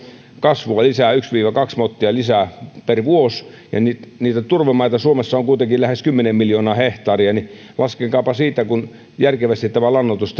kasvua lisää yksi viiva kaksi mottia per vuosi ja kun niitä turvemaita suomessa on kuitenkin lähes kymmenen miljoonaa hehtaaria niin laskekaapa siitä kun järkevästi tämä lannoitus